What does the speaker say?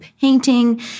painting